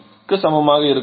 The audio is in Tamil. க்கு சமமாக இருக்கும்